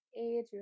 age